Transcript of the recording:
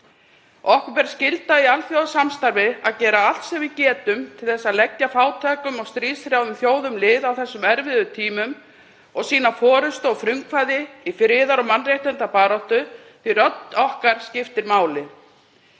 Okkur ber skylda í alþjóðasamstarfi til að gera allt sem við getum til að leggja fátækum og stríðshrjáðum þjóðum lið á þessum erfiðu tímum og sýna forystu og frumkvæði í friðar- og mannréttindabaráttu, því rödd okkar skiptir máli.